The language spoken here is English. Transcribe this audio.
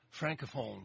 francophone